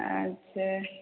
अच्छा